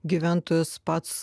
gyventojas pats